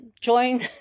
join